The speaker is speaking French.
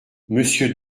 monsieur